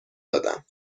دادم